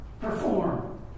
perform